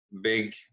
big